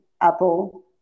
Apple